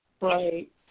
right